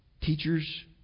Teachers